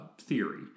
theory